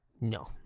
No